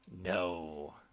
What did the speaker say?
No